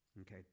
okay